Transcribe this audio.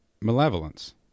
malevolence